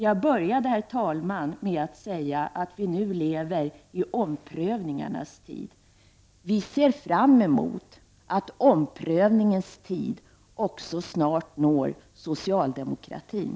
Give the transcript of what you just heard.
Jag började, herr talman, med att säga att vi nu lever i omprövningarnas tid. Vi ser fram emot att omprövningens tid snart når också socialdemokratin.